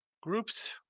groups